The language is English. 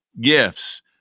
gifts